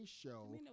Show